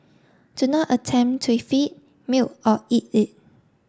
do not attempt to feed milk or eat it